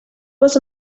was